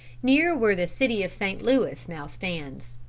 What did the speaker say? near where the city of st. louis now stands.